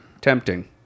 tempting